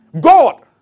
God